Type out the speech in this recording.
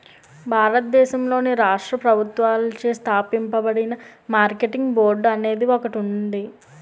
భారతదేశంలోని రాష్ట్ర ప్రభుత్వాలచే స్థాపించబడిన మార్కెటింగ్ బోర్డు అనేది ఒకటి ఉంటుంది